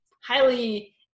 highly